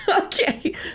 okay